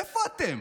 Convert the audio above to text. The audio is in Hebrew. איפה אתם?